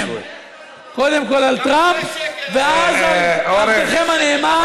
קודם כול על טראמפ ואז על עבדכם הנאמן,